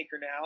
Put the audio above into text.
now